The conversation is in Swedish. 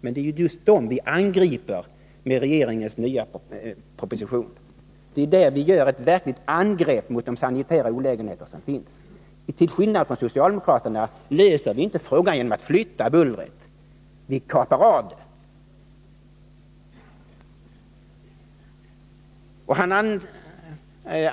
Men det är just dessa bullerstörningar vi angriper med regeringens nya proposition. Vi gör ett verkligt angrepp mot de sanitära olägenheter som finns. Till skillnad från socialdemokraterna löser vi inte problemet genom att flytta bullret — vi kapar av det. Bertil Zachrisson